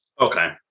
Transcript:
Okay